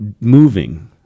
moving